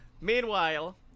Meanwhile